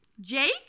jake